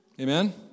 Amen